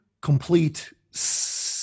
complete